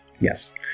yes